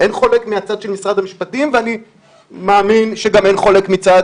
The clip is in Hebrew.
לא מצד משרד המשפטים ואני מאמין שגם לא מצד